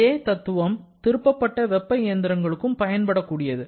இதே தத்துவம் திருப்பப்பட்ட வெப்ப இயந்திரங்களுக்கும் பயன்படக்கூடியது